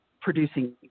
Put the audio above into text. producing